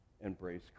embrace